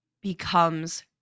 becomes